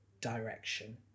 direction